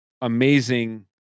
amazing